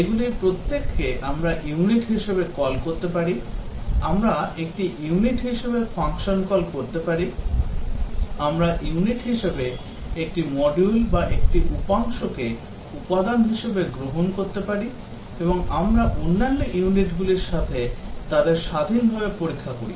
এগুলির প্রত্যেককে আমরা ইউনিট হিসাবে কল করতে পারি আমরা একটি ইউনিট হিসাবে একটি ফাংশন কল করতে পারি আমরা ইউনিট হিসাবে একটি মডিউল বা একটি উপাংশকে উপাদান হিসাবে একটি গ্রহণ করতে পারি এবং আমরা অন্যান্য ইউনিটগুলির সাথে তাদের স্বাধীনভাবে পরীক্ষা করি